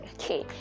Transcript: okay